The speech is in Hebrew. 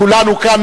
כולנו כאן,